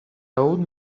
old